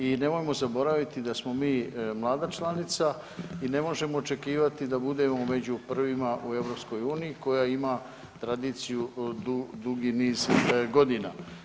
I nemojmo zaboraviti da smo mi mlada članica i ne možemo očekivati da budemo među prvima u EU koja ima tradiciju dugi niz godina.